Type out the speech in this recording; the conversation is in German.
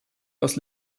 aus